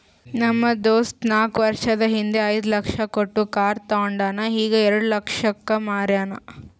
ನಮ್ ದೋಸ್ತ ನಾಕ್ ವರ್ಷದ ಹಿಂದ್ ಐಯ್ದ ಲಕ್ಷ ಕೊಟ್ಟಿ ಕಾರ್ ತೊಂಡಾನ ಈಗ ಎರೆಡ ಲಕ್ಷಕ್ ಮಾರ್ಯಾನ್